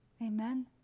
Amen